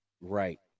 right